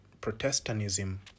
protestantism